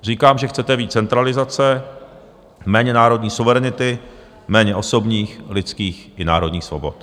Říkám, že chcete víc centralizace, méně národní suverenity, méně osobních, lidských i národních svobod.